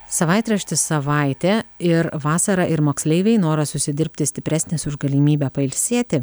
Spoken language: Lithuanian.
savaitraštis savaitė ir vasarą ir moksleiviai noras užsidirbti stipresnis už galimybę pailsėti